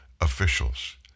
officials